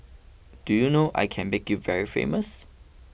do you know I can make you very famous